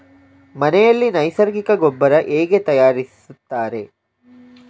ಮನೆಯಲ್ಲಿ ನೈಸರ್ಗಿಕ ಗೊಬ್ಬರ ಹೇಗೆ ತಯಾರಿಸುತ್ತಾರೆ?